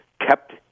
kept